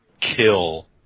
kill